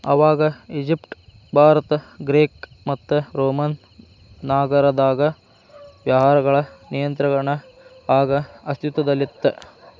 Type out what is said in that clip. ಆವಾಗ Egypt Bharat Greek ಮತ್ತು Roman ನಾಗರದಾಗ ವ್ಯವಹಾರಗಳ ನಿಯಂತ್ರಣ ಆಗ ಅಸ್ತಿತ್ವದಲ್ಲಿತ್ತ